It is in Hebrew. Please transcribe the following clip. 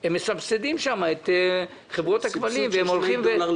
הם מסבסדים שם את חברות הכבלים ומוציאים